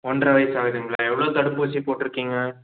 ஒன்றரை வயசு ஆகுதுங்களா எவ்வளோ தடுப்பூசி போட்டுருக்கிங்க